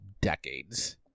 decades